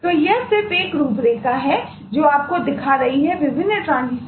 तो यह सिर्फ एक रूपरेखा है जो आपको दिखा रही है कि विभिन्न ट्रांजीशन